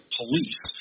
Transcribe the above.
police